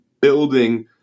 building